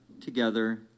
together